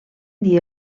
dia